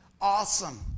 awesome